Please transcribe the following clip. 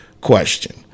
question